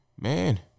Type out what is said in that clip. Man